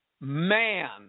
man